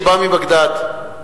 שבא מבגדד,